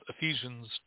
Ephesians